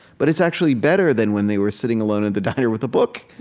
but it's actually better than when they were sitting alone at the diner with a book.